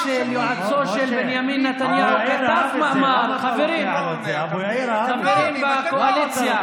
אבו יאיר בא ליישובים הערביים וקרא לעצמו